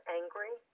angry